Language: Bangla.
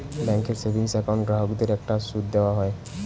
ব্যাঙ্কের সেভিংস অ্যাকাউন্ট গ্রাহকদের একটা সুদ দেওয়া হয়